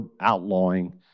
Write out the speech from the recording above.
outlawing